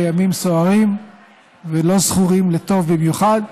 ימים סוערים ולא זכורים לטוב במיוחד,